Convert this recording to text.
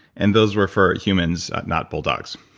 and those were for humans, not bulldogs.